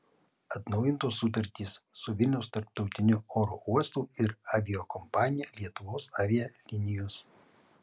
atnaujintos sutartys su vilniaus tarptautiniu oro uostu ir aviakompanija lietuvos avialinijos